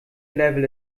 level